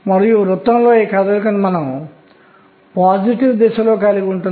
సంకల్పానికి బదులుగా నేను నిజంగా ఇప్పుడు కలిగి ఉండగలను